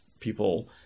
people